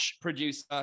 producer